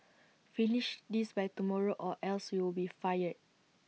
finish this by tomorrow or else you'll be fired